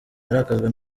arakazwa